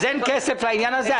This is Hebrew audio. אז אין כסף לעניין הזה?